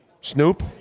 Snoop